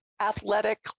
athletic